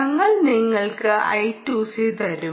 ഞങ്ങൾ നിങ്ങൾക്ക് I2C തരും